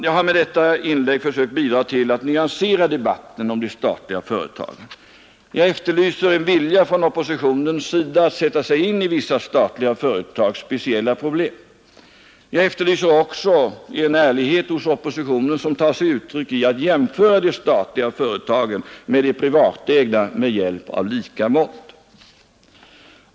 Jag har med detta inlägg försökt bidra till att nyansera debatten om de statliga företagen. Jag efterlyser en vilja från oppositionens sida att sätta sig in i vissa statliga företags speciella problem. Jag efterlyser också en ärlighet hos oppositionen, som tar sig uttryck i att jämföra de statliga företagen med de privatägda med hjälp av lika mått.